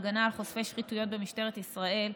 הגנה על חושפי שחיתויות במשטרת ישראל),